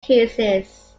cases